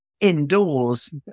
indoors